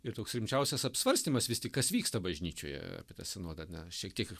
ir toks rimčiausias apsvarstymas vis tik kas vyksta bažnyčioje apie tą sinodą ane šiek tiek